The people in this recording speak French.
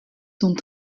sont